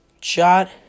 shot